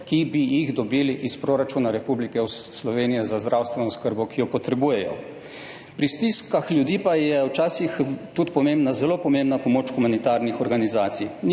ki bi jih dobili iz proračuna Republike Slovenije za zdravstveno oskrbo, ki jo potrebujejo? Pri stiskah ljudi pa je včasih tudi pomembna, zelo pomembna pomoč humanitarnih organizacij.